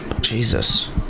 Jesus